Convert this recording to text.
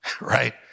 right